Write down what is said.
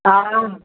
हा